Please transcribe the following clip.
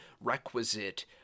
requisite